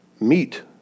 meet